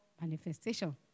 manifestation